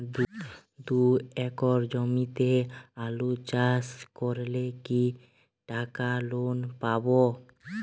দুই একর জমিতে আলু চাষ করলে কি টাকা লোন পাবো?